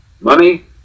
Money